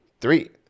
three